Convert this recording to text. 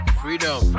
freedom